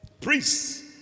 priests